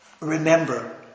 Remember